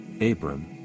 Abram